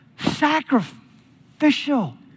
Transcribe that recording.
sacrificial